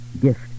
gift